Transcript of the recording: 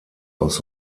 aus